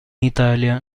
italia